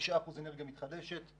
5% אנרגיה מתחדשת,